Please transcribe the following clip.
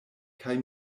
kaj